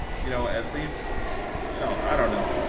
you know, at least you know i don't know.